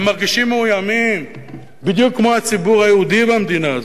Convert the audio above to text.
הם מרגישים מאוימים בדיוק כמו הציבור היהודי במדינה הזאת.